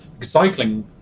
cycling